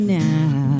now